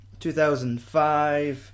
2005